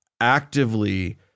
actively